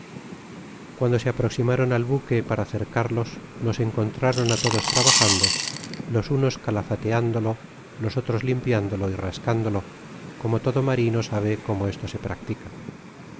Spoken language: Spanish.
cuando se aproximaron al buque para cercarlos nos encontraron á todos trabajando los unos calafateándolo los otros limpiándolo y rascándolo como todo marino sabe como esto se practica